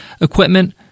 equipment